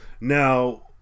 Now